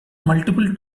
multiple